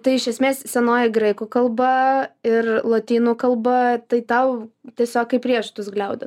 tai iš esmės senoji graikų kalba ir lotynų kalba tai tau tiesiog kaip riešutus gliaudyt